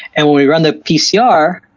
and when we run the pcr,